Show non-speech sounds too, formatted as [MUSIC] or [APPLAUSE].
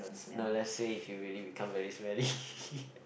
no let's say if you really become very smelly [LAUGHS]